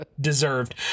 deserved